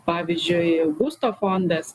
pavyzdžiui būsto fondas